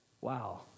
Wow